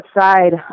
outside